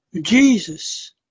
Jesus